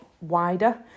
wider